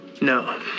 No